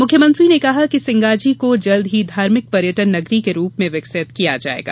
मुख्यमंत्री ने कहा कि सिंगाजी को जल्द ही धार्मिक पर्यटन नगरी के रूप में विकसित किया जायेगा